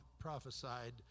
prophesied